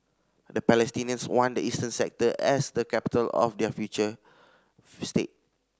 the Palestinians want the eastern sector as the capital of their future state